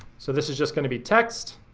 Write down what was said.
so this is just gonna be text,